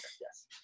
yes